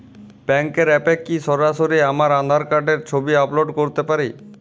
ব্যাংকের অ্যাপ এ কি সরাসরি আমার আঁধার কার্ড র ছবি আপলোড করতে পারি?